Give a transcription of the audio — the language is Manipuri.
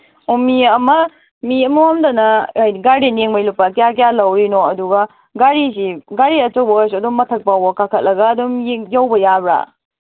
ꯑꯣ ꯃꯤ ꯑꯃ ꯃꯤ ꯑꯃꯃꯝꯗꯅ ꯍꯥꯏꯗꯤ ꯒꯥꯔꯗꯦꯟ ꯌꯦꯡꯕꯩ ꯂꯨꯄꯥ ꯀꯌꯥ ꯀꯌꯥ ꯂꯧꯋꯤꯅꯣ ꯑꯗꯨꯒ ꯒꯥꯔꯤꯒꯤ ꯒꯥꯔꯤ ꯑꯆꯧꯕ ꯑꯣꯏꯔꯁꯨ ꯑꯗꯨꯝ ꯃꯊꯛꯐꯥꯎꯕ ꯀꯥꯈꯠꯂꯒ ꯑꯗꯨꯝ ꯌꯧꯕ ꯌꯥꯕ꯭ꯔꯥ